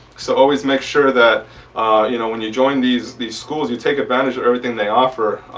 so always make sure that you know when you join these these schools you take advantage of everything they offer.